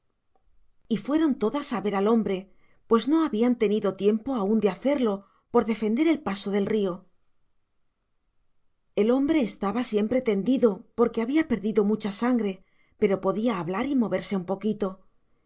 y fueron todas a ver al hombre pues no habían tenido tiempo aún de hacerlo por defender el paso del río el hombre estaba siempre tendido porque había perdido mucha sangre pero podía hablar y moverse un poquito